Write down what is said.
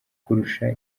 kurusha